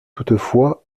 toutefois